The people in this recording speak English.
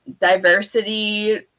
diversity